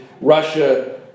Russia